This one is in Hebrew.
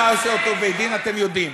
מה עושה אותו בית-דין, אתם יודעים,